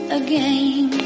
again